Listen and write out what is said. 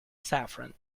saffron